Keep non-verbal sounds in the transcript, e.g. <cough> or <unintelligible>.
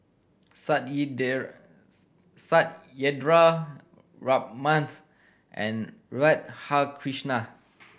<unintelligible> Satyendra Ramnath and Radhakrishnan